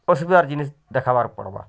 ପଶିବାର୍ ଜିନଷ୍ ଦେଖାବାର୍ ପଡ଼ବା